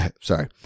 sorry